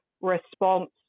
response